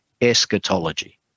eschatology